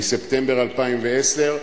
מספטמבר 2010,